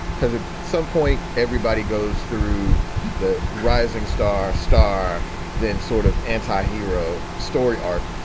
because at some point everybody goes through the rising star star then sort of antihero story arc.